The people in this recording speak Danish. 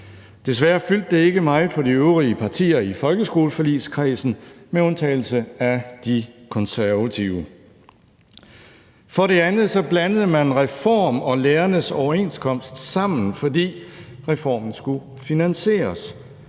Desværre fyldte det ikke meget for de øvrige partier i folkeskoleforligskredsen med undtagelse af De Konservative. For det andet blandede man reform og lærernes overenskomst sammen, fordi reformen skulle finansieres,